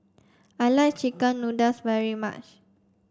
I like chicken noodles very much